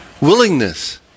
willingness